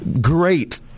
great